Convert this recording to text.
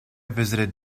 visited